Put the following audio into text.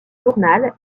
journal